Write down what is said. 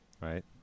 right